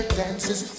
dances